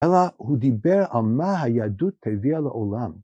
אלא הוא דיבר על מה היהדות הביאה לעולם.